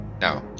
no